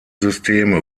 systeme